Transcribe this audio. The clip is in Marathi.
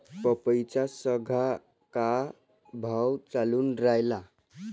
पपईचा सद्या का भाव चालून रायला?